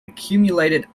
accumulated